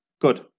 Good